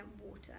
water